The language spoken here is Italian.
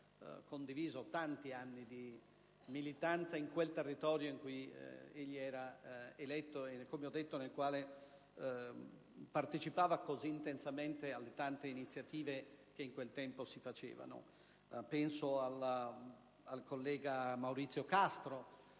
condiviso tanti anni di militanza in quel territorio in cui egli era eletto e, come ho detto, nel quale partecipava così intensamente a tante iniziative che in quel tempo si facevano. Penso ancora al collega Maurizio Castro,